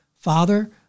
Father